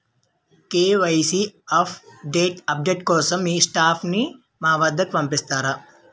KYC update కోసం మీ staff ని మా వద్దకు పంపిస్తారా?